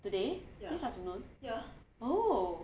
today this afternoon oh